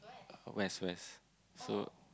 west west so